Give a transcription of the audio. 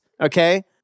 Okay